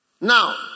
Now